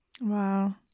Wow